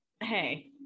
hey